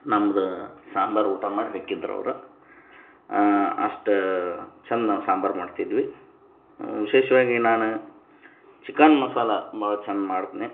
ನಮ್ದು ಸಾಂಬಾರು ಊಟ ಮಾಡಿ ಹೊಕ್ಕಿದ್ರು ಅವ್ರು ಅಷ್ಟು ಚೆಂದ ನಾವು ಸಾಂಬಾರು ಮಾಡ್ತಿದ್ವಿ ವಿಶೇಷವಾಗಿ ನಾನು ಚಿಕನ್ ಮಸಾಲೆ ಭಾಳ ಚೆಂದ ಮಾಡ್ತೀನಿ